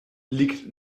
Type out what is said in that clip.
liegt